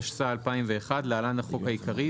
התשס"א-2001 (להלן החוק העיקרי),